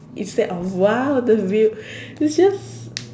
instead of !wow! the view it's just